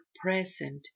present